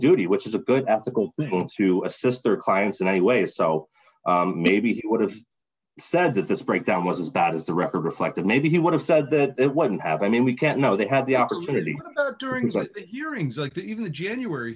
duty which is a good ethical thing to assist their clients in any way so maybe it would have said that this breakdown was as bad as the record reflect that maybe he would have said that it wouldn't have i mean we can't know they had the opportunity during your ins like even the january